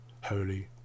Holy